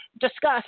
discuss